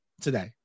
today